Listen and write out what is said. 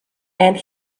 and